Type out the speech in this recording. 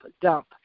dump